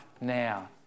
now